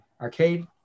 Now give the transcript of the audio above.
arcade